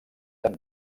tan